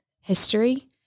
history